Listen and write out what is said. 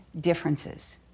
differences